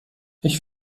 ich